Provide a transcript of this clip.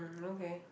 okay